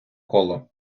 коло